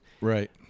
Right